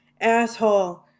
Asshole